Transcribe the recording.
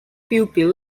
pupil